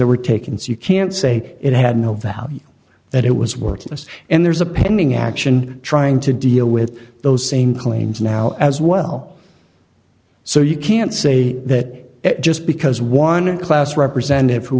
were taken so you can't say it had no value that it was worthless and there's a pending action trying to deal with those same claims now as well so you can't say that just because one class representative